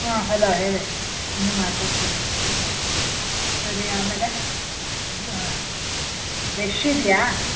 ಹಾಂ ಹಲೋ ಹೇಳಿ ಏನೋ ಮಾತಾಡಿದ್ರಿ ಹಾಂ ಸರಿ ಆಮೇಲೆ ಹಾಂ ರಶ್ ಇದೆಯಾ